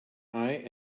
eye